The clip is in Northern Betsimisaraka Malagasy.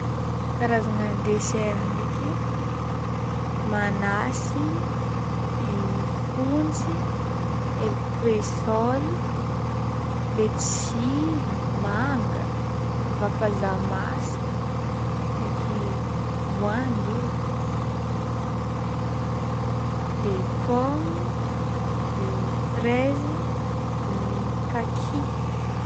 Karazagna dessert ndraiky manasy, fontsy, ery kresoly, letchie, manga, vapaza masaka, avake voangy e, de pommy de fraizy ,de kaky.